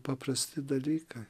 paprasti dalykai